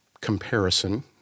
comparison